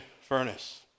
furnace